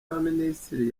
y’abaminisitiri